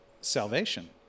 salvation